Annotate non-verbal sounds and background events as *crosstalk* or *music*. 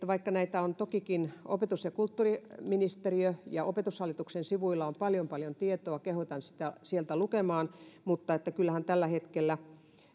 *unintelligible* vaikka tokikin opetus ja kulttuuriministeriön ja opetushallituksen sivuilla on paljon paljon tietoa kehotan sitä sieltä lukemaan niin kyllähän tällä hetkellä